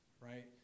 right